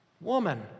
Woman